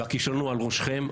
והכישלון הוא על ראשכם,